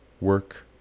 work